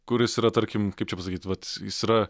kuris yra tarkim kaip čia pasakyt vat jis yra